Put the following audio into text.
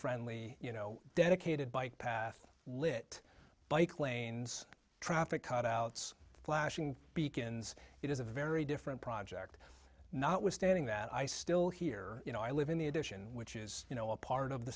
friendly you know dedicated bike path lit bike lanes traffic cutouts flashing beacons it is a very different project not withstanding that i still here you know i live in the edition which is you know a part of the